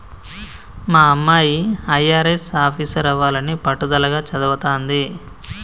మా అమ్మాయి అయ్యారెస్ ఆఫీసరవ్వాలని పట్టుదలగా చదవతాంది